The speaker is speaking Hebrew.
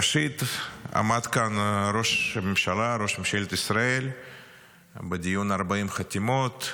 ראשית, עמד כאן ראש ממשלת ישראל בדיון 40 החתימות,